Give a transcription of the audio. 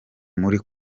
muri